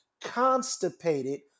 constipated